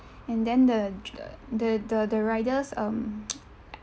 and then the the the the the rider's um